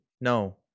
No